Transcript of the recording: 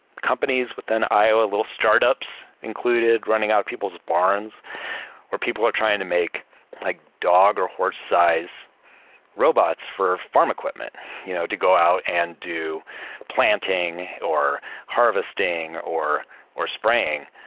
companies within iowa, little startups included running out people's barns where people are trying to make like dog or horse-size robots for farm equipment you know to go out and do planting, or harvesting, or or spraying.